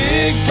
Big